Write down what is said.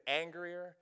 angrier